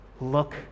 Look